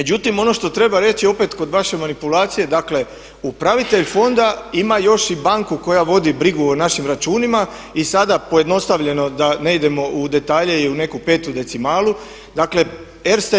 Međutim, ono što treba reći opet kod vaše manipulacije, dakle upravitelj fonda ima još i banku koja vodi brigu o našim računima i sada pojednostavljeno da ne idemo u detalje i u neku petu decimalu dakle Erste